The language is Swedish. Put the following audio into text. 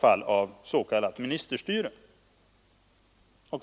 fall av s.k. ministerstyre.